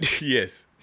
Yes